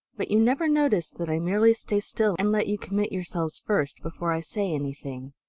but you never notice that i merely stay still and let you commit yourselves first before i say anything.